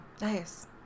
Nice